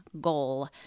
goal